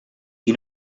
qui